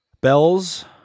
Bells